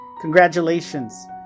Congratulations